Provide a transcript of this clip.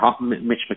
Mitch